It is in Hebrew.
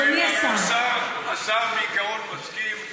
אדוני השר, הרי השר בעיקרון מסכים.